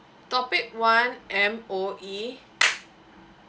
topic one M_O_E